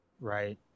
Right